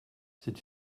c’est